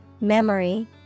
memory